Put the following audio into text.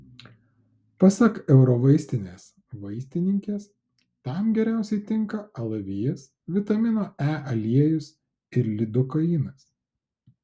pasak eurovaistinės vaistininkės tam geriausiai tinka alavijas vitamino e aliejus ir lidokainas